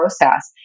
process